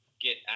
get